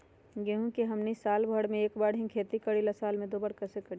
गेंहू के हमनी साल भर मे एक बार ही खेती करीला साल में दो बार कैसे करी?